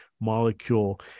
molecule